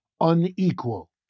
unequal